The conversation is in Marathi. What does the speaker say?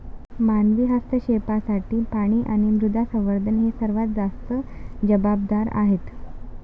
मानवी हस्तक्षेपासाठी पाणी आणि मृदा संवर्धन हे सर्वात जास्त जबाबदार आहेत